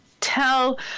tell